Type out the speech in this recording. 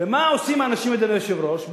ומה עושים האנשים, אדוני היושב-ראש?